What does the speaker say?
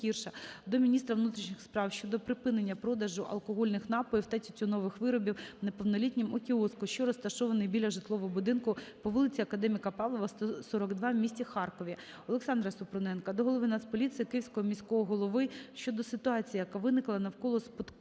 до міністра внутрішніх справ щодо припинення продажу алкогольних напоїв та тютюнових виробів неповнолітнім у кіоску, що розташований біля житлового будинку по вулиці Академіка Павлова, 142 в місті Харкові. Олександра Супруненка до Голови Нацполіції, Київського міського голови щодо ситуації, яка виникла навколо